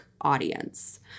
audience